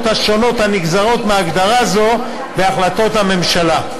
השונות הנגזרות מהגדרה זו בהחלטות הממשלה.